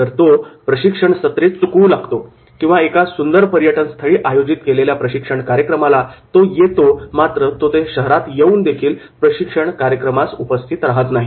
तर तो प्रशिक्षण सत्रे चुकवू लागतो किंवा एका सुंदर पर्यटन स्थळी आयोजित केलेल्या प्रशिक्षण कार्यक्रमाला तो येईल मात्र तो त्या शहरात येऊनदेखील प्रशिक्षण कार्यक्रमास उपस्थित राहणार नाही